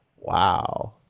Wow